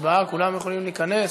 להצבעה כולם יכולים להיכנס.